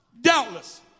doubtless